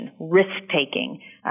risk-taking